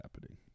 happening